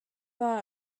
bar